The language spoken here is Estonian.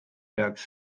peaks